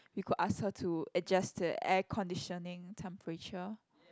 we could ask her to adjust the air conditioning temperature